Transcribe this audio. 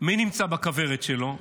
מי נמצא בכוורת שלו,